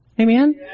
Amen